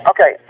Okay